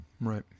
Right